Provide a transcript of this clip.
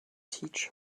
teach